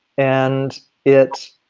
and it